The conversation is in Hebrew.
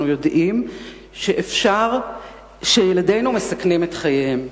אנחנו יודעים שאפשר שילדינו מסכנים את חייהם,